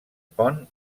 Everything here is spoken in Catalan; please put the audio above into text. pont